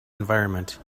environment